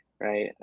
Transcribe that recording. right